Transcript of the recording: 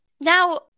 Now